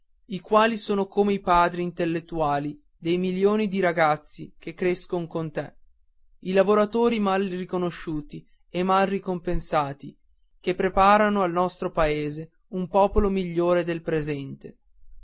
i quali sono come i padri intellettuali dei milioni di ragazzi che crescon con te i lavoratori mal riconosciuti e mal ricompensati che preparano al nostro paese un popolo migliore del presente